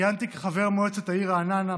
כיהנתי כחבר מועצת העיר רעננה,